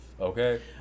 okay